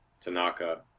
Tanaka